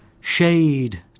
shade